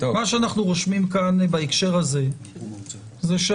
מה שאנחנו רושמים כאן בהקשר הזה הוא שהאוצר